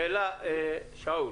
שאלה, שאול,